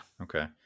okay